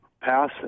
pass